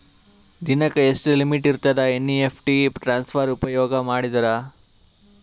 ದಿನಕ್ಕ ಎಷ್ಟ ಲಿಮಿಟ್ ಇರತದ ಎನ್.ಇ.ಎಫ್.ಟಿ ಟ್ರಾನ್ಸಫರ್ ಉಪಯೋಗ ಮಾಡಿದರ?